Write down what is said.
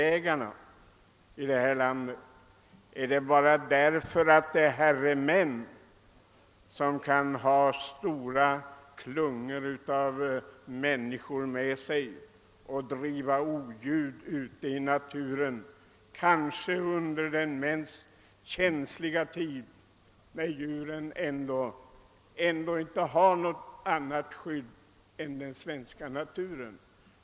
Är anledningen härtill den, att det bara är herremän som kan ha stora klungor av människor med sig, vilka för oljud ute i naturen kanske under den för djuren mest känsliga tiden, då de inte har något annat skydd än den svenska naturen.